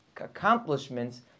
accomplishments